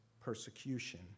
persecution